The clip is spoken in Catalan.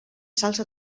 salsa